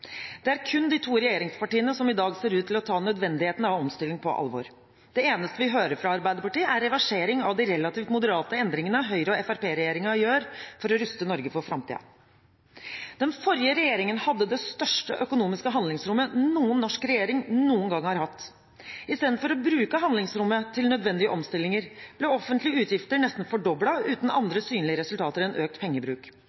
Det er kun de to regjeringspartiene som i dag ser ut til å ta nødvendigheten av omstilling på alvor. Det eneste vi hører fra Arbeiderpartiet, er reversering av de relativt moderate endringene Høyre–Fremskrittsparti-regjeringen gjør for å ruste Norge for framtiden. Den forrige regjeringen hadde det største økonomiske handlingsrommet noen norsk regjering noen gang har hatt. I stedet for å bruke handlingsrommet til nødvendige omstillinger ble offentlige utgifter nesten fordoblet uten andre synlige resultater enn økt pengebruk.